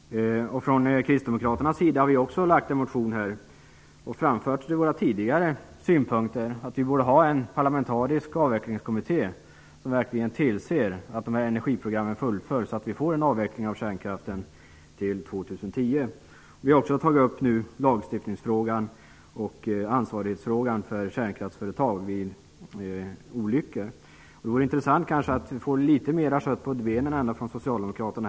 Vi kristdemokrater har också väckt en motion och framfört våra tidigare synpunkter, att det borde tillsättas en parlamentarisk avvecklingskommitté som verkligen tillser att energiprogrammen fullföljs, så att det blir en avveckling av kärnkraften till år 2010. Vi har också tagit upp lagstiftningsfrågan och ansvarighetsfrågan för kärnkraftsföretag vid olyckor. Det vore intressant att få litet mer kött på benen från socialdemokraterna.